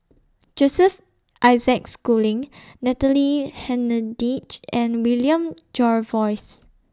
Joseph Isaac Schooling Natalie Hennedige and William Jervois